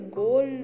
goal